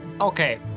okay